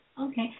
Okay